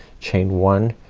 chain one,